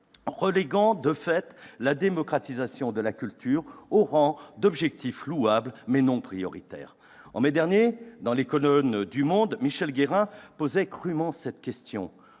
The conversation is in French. reléguant de fait la démocratisation de la culture au rang d'objectif louable, mais non prioritaire ... Au mois de mai dernier dans les colonnes du, Michel Guerrin posait crûment cette question